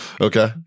Okay